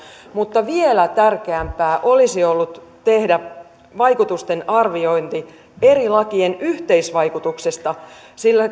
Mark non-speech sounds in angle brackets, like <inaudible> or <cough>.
mutta vielä tärkeämpää olisi ollut tehdä vaikutusten arviointi eri lakien yhteisvaikutuksesta sillä <unintelligible>